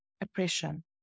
oppression